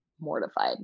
mortified